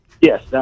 Yes